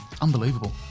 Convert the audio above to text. Unbelievable